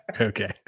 Okay